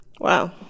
Wow